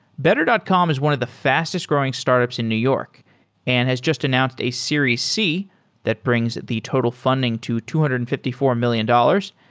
better dot com is one of the fastest growing startups in new york and has just announced a series c that brings the total funding to two hundred and fifty four million dollars.